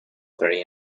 very